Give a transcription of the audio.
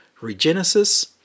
Regenesis